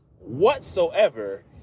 whatsoever